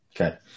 Okay